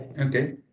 Okay